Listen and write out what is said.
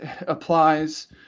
applies